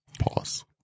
Pause